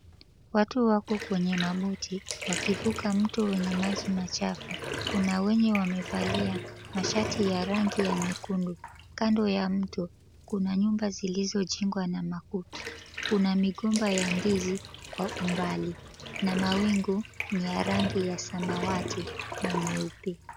Watu wako kwenye maboti wakivuka mto wenye maji machafu. Kuna wenye wamevalia mashati ya rangi ya nyekundu. Kando ya mto kuna nyumba zilizojengwa na makuti. Kuna migomba ya ndizi kwa umbali na mawingu ni ya rangi ya samawati na nyeupe.